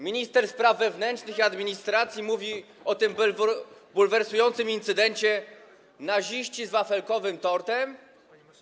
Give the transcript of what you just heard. Minister spraw wewnętrznych i administracji mówi o tym bulwersującym incydencie: naziści z wafelkowym tortem.